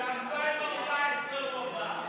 ב-2014 הוא עבר.